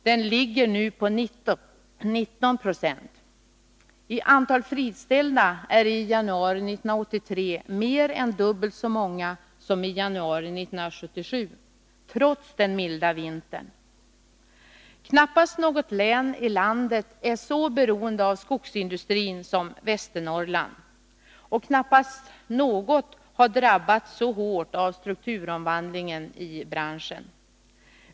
Den ligger nu på 19 96. De friställda är i januari 1983 mer än dubbelt så många som i januari 1977 trots den milda vintern. Knappast något län i landet är så beroende av skogsindustrin som Västernorrland. Och knappast något har drabbats så hårt av strukturomvandlingen i branschen.